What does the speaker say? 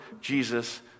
jesus